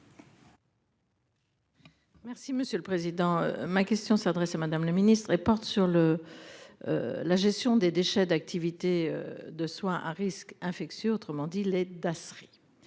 Merci monsieur le président, ma question s'adresse à Madame le ministre et porte sur le. La gestion des déchets d'activités de soins à risques infectieux, autrement dit les Dasri.